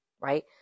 right